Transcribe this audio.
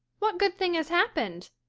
what good thing has happened?